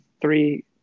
three